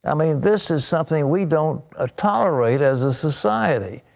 i mean this is something we don't ah tolerate as a society.